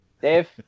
Dave